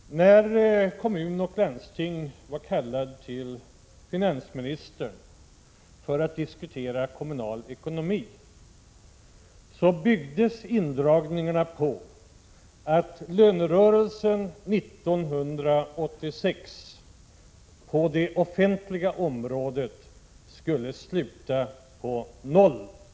När kommuner och landsting var kallade till finansministern för att diskutera kommunal ekonomi sades att indragningarna byggde på att lönerörelsen 1986 på det offentliga området skulle sluta på 0 90.